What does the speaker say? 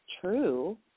true